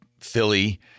Philly